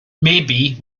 maybe